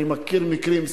אני מכיר מקרים,